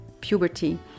puberty